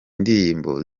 ndirimbo